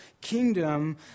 kingdom